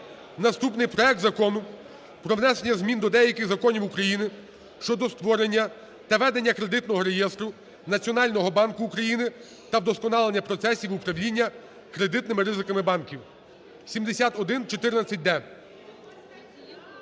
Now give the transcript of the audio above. Наступний – проект Закону про внесення змін до деяких законів України щодо створення та ведення Кредитного реєстру Національного банку України та вдосконалення процесів управління кредитними ризиками банків (7114-д).